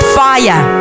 fire